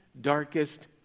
darkest